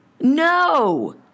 No